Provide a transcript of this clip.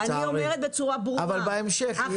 תהיה לך בהמשך.